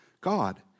God